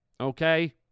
Okay